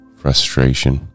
frustration